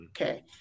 Okay